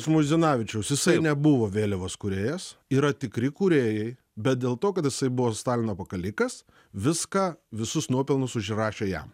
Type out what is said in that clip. žmuidzinavičius jisai nebuvo vėliavos kūrėjas yra tikri kūrėjai bet dėl to kad jisai buvo stalino pakalikas viską visus nuopelnus užrašė jam